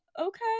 okay